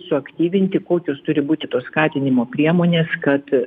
suaktyvinti kokios turi būti tos skatinimo priemonės kad